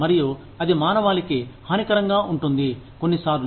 మరియు అది మానవాళికి హానికరంగా ఉంటుంది కొన్నిసార్లు